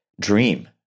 dream